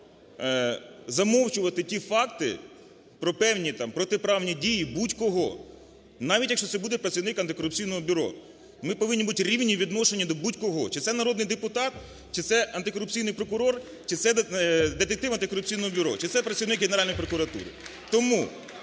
замовчувати ті факти про певні, там, протиправні дії будь-кого навіть, якщо це буде працівник Антикорупційного бюро. Ми бути рівні у відношенні до будь-кого чи це народний депутат, чи це антикорупційний прокурор, чи це детектив Антикорупційного бюро, чи це працівник Генеральної прокуратури. Тому,